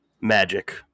magic